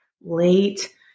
late